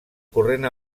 corrent